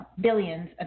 billions